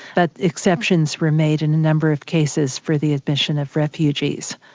but exceptions were made in a number of cases for the admission of refugees.